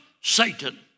Satan